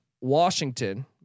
Washington